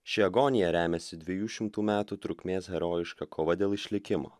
ši agonija remiasi dviejų šimtų metų trukmės herojiška kova dėl išlikimo